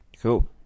Cool